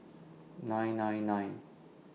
nine nine nine